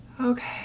Okay